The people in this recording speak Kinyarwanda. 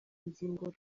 ngingo